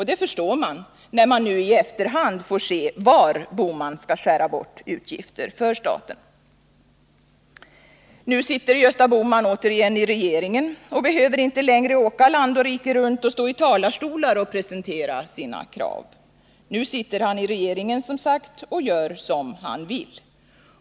Det förstår man, när man nu i efterhand får se var Gösta Bohman skall skära bort utgifter för staten. Nu sitter Gösta Bohman återigen i regeringen och behöver inte längre åka land och rike runt och stå i talarstolar och presentera sina krav. Nu sitter han som sagt i regeringen och gör som han vill.